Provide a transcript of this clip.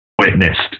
witnessed